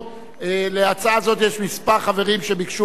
להצעה זו יש כמה חברים שביקשו רשות דיבור.